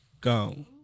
gone